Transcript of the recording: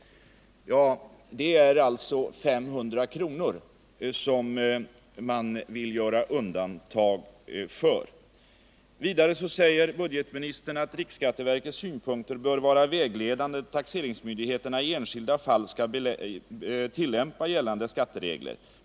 Det är endast inkomster upp till 500 kr. som man vill göra undantag för. Vidare säger budgetministern att riksskatteverkets synpunkter bör vara Nr 32 vägledande då taxeringsmyndigheterna i enskilda fall skall tillämpa gällande skatteregler.